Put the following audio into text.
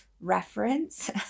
reference